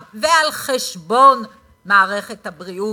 כסף, זה על חשבון המערכת הציבורית.